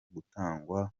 gutangwa